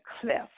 cleft